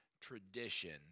tradition